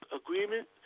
agreement